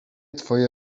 twoje